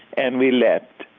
and we left.